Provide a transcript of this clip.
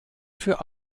für